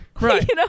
right